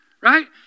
right